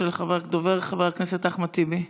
דובר, חבר הכנסת אחמד טיבי.